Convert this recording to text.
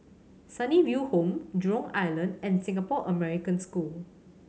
Sunnyville Home Jurong Island and Singapore American School